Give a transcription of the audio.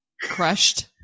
crushed